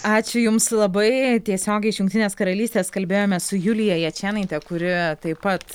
ačiū jums labai tiesiogiai iš jungtinės karalystės kalbėjome su julija jačėnaite kuri taip pat